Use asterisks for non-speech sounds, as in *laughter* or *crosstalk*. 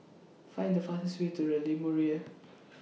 Find The fastest Way to The Lumiere *noise*